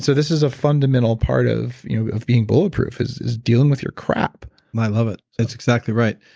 so this is a fundamental part of you know of being bulletproof is is dealing with your crap i love it, it's exactly right.